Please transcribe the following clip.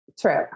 True